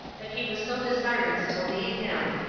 that he was so desirous to leave him.